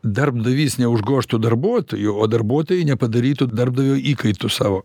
darbdavys neužgožtų darbuotojų o darbuotojai nepadarytų darbdavio įkaitu savo